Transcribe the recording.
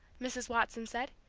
mrs. watson said.